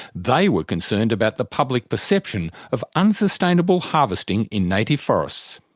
they were concerned about the public perception of unsustainable harvesting in native forests.